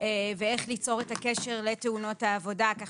ואיך ליצור את הקשר לתאונות העבודה כך